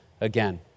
again